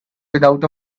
without